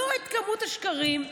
את כמות השקרים,